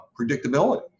predictability